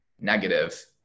negative